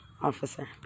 officer